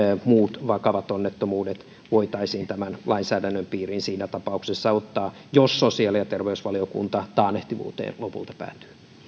muut vakavat onnettomuudet voitaisiin tämän lainsäädännön piiriin siinä tapauksessa ottaa jos sosiaali ja terveysvaliokunta taannehtivuuteen lopulta päätyy